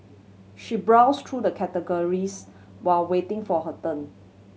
she browse through the catalogues while waiting for her turn